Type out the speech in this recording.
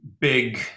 big